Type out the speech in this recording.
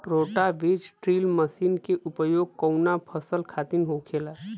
रोटा बिज drill machine के उपयोग कऊना फसल खातिर होखेला?